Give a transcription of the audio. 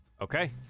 Okay